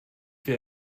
will